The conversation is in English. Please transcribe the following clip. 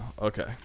Okay